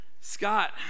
Scott